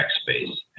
space